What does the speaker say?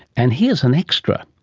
and here's an extra,